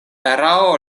erao